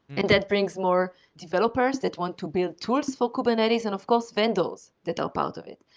and that brings more developers that want to build tools for kubernetes. and of course, vendors that are part of it.